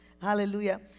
Hallelujah